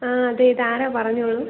ആ അതെ ഇത് ആരാ പറഞ്ഞത്